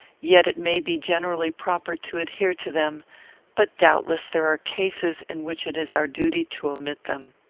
yet it may be generally proper to adhere to them but doubtless there are cases in which it is our duty to omit them.